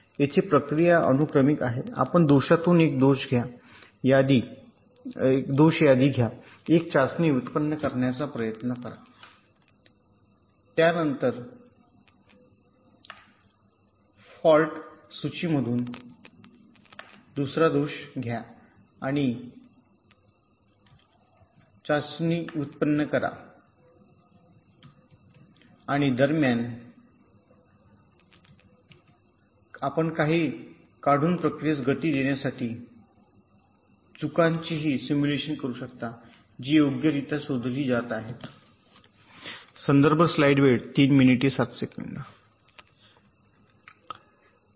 येथे प्रक्रिया अनुक्रमिक आहे आपण दोषातून एक दोष घ्या यादी एक चाचणी व्युत्पन्न करण्याचा प्रयत्न करा त्यानंतर फॉल्ट सूचीमधून दुसरा दोष घ्या आणि चाचणी व्युत्पन्न करा आणि दरम्यान आपण काही काढून प्रक्रियेस गती देण्यासाठी चुकांचीही सिम्युलेशन करू शकता जी योग्यरित्या शोधली जात आहेत